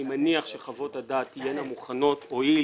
אני מניח שחוות הדעת תהיינה מוכנות הואיל